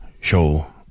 show